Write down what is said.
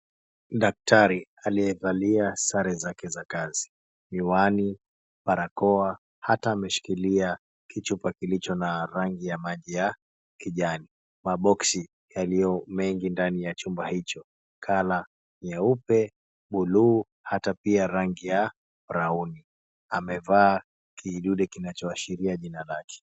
Daktari aliyevalia sare zake za kazi; miwani, barakoa hata ameshikilia kichupa kilicho na rangi ya maji ya kijani. Maboksi yaliyo mengi ndani ya chumba hicho colour nyeupe, buluu hata pia rangi ya brauni. Amevaa kidude kinachoashiria jina lake.